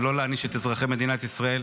ולא להעניש את אזרחי מדינת ישראל,